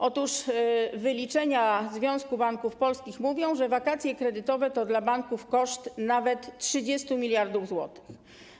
Otóż wyliczenia Związku Banków Polskich mówią, że wakacje kredytowe to dla banków koszt nawet 30 mld zł.